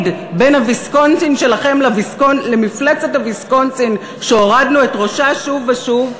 בין הוויסקונסין שלכם למפלצת הוויסקונסין שהורדנו את ראשה שוב ושוב,